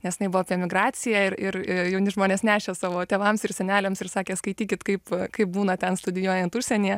nes jinai buvo apie emigracija ir ir jauni žmonės nešė savo tėvams ir seneliams ir sakė skaitykit kaip kaip būna ten studijuojant užsienyje